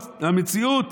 המציאות,